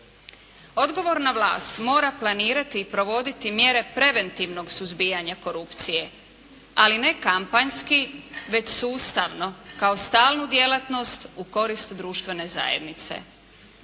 Odgovorna vlast mora planirati i provoditi mjere preventivnog suzbijanja korupcije, ali ne kampanjski već sustavno kao stalnu djelatnost u korist društvene zajednice.